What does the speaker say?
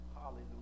Hallelujah